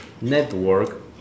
network